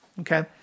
Okay